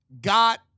Got